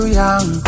young